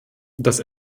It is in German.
dass